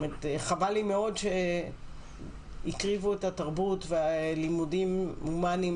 חבל לי מאוד שהקריבו את התרבות ולימודים הומניים